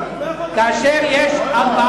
כאשר יש ארבע